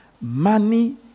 Money